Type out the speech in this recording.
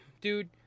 dude